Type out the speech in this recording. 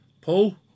Paul